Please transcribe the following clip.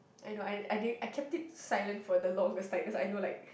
I know I I did I kept it silent for the longest time cause I know like